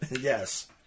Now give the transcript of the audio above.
Yes